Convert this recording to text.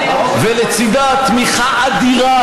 לשיקום אותן נשים, לדאוג להן לעבודה,